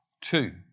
Two